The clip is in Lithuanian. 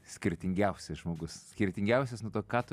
skirtingiausias žmogus skirtingiausias nuo to ką tu